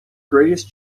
greatest